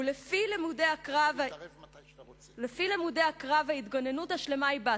ולפי לימודי הקרב ההתגוננות השלמה היא בהתקפה,